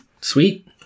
Sweet